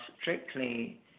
strictly